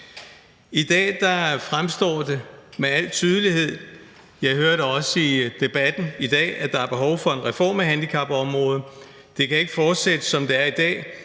i dag fremstår det med al tydelighed. Jeg hørte også i debatten i dag, at der er behov for en reform af handicapområdet, for det kan ikke fortsætte, som det er i dag,